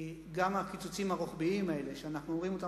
גם הקיצוצים הרוחביים האלה שאנחנו רואים אותם,